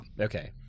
Okay